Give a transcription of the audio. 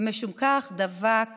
ומשום כך דבק